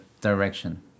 direction